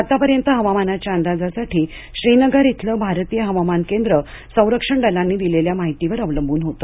आतापर्यंत हवामानाच्या अंदाजासाठी श्रीनगर इथलं भारतीय हवामान केंद्र संरक्षण दलांनी दिलेल्या माहितीवर अवलंबून होता